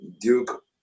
duke